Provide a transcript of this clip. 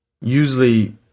usually